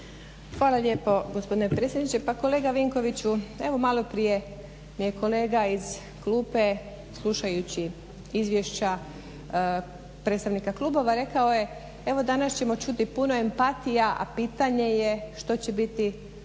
Hvala lijepo gospodine predsjedniče. Pa kolega Vinkoviću, evo maloprije mi je kolega iz klupe slušajući izvješća predstavnika klubova rekao je evo danas ćemo čuti puno empatija a pitanje je što će biti